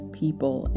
people